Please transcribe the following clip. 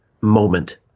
moment